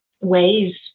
ways